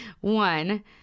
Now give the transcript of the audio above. one